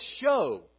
show